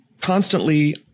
constantly